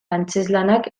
antzezlanak